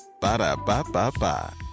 Ba-da-ba-ba-ba